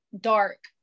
dark